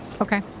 Okay